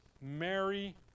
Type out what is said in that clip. Mary